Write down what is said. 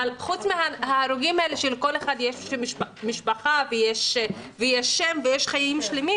אבל חוץ מההרוגים האלה שלכל אחד מהם יש משפחה ויש שם ויש חיים שלמים,